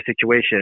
situation